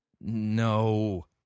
No